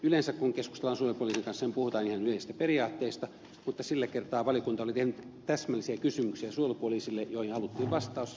yleensä kun keskustellaan suojelupoliisin kanssa puhutaan ihan yleisistä periaatteista mutta sillä kertaa valiokunta oli tehnyt täsmällisiä kysymyksiä suojelupoliisille joihin haluttiin vastaus